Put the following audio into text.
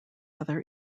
other